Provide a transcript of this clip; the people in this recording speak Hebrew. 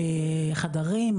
חדרים,